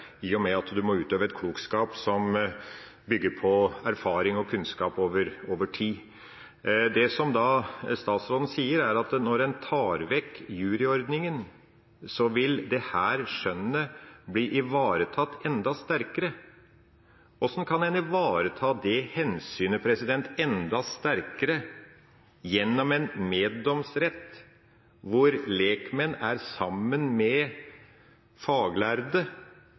i og med at en må utøve klokskap som bygger på erfaring og kunnskap over tid. Det som statsråden sier, er at når en tar vekk juryordningen, vil dette skjønnet bli ivaretatt enda sterkere. Hvordan kan en ivareta det hensynet enda sterkere gjennom en meddomsrett hvor lekmenn er sammen med